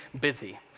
busy